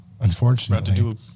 unfortunately